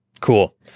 cool